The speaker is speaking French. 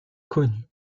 connue